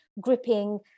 gripping